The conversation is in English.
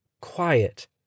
Quiet